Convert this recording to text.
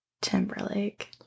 Timberlake